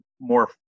more